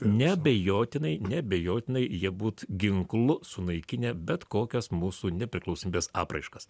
neabejotinai neabejotinai jie būt ginklu sunaikinę bet kokias mūsų nepriklausomybės apraiškas